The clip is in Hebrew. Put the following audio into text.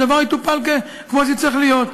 הדבר יטופל כמו שצריך להיות.